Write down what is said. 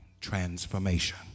transformation